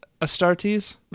Astartes